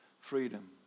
freedom